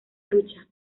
trucha